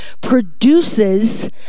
produces